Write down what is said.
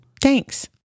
Thanks